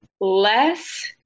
less